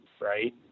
right